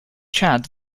chad